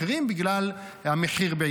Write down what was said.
בעיקר בגלל המחיר.